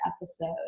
episode